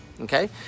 Okay